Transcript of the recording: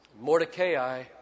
Mordecai